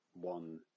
one